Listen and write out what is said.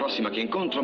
ah the machine gun